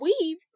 weave